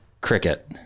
cricket